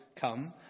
come